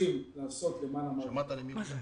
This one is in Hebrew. צריכים לעשות למען המערכת הזאת.